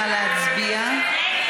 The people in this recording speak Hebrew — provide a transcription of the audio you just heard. נא להצביע.